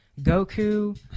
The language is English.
Goku